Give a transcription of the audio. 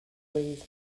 trees